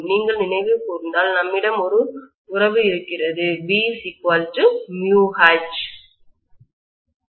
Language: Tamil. நீங்கள் நினைவு கூர்ந்தால் நம்மிடம் ஒரு உறவு இருக்கிறது B μH